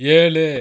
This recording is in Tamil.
ஏழு